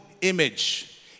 image